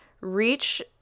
reach